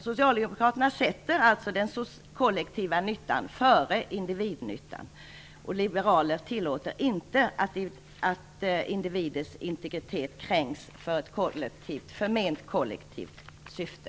Socialdemokraterna sätter alltså den kollektiva nyttan före individnyttan, och liberaler tillåter inte att individers integritet kränks för ett förment kollektivt syfte.